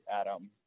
Adam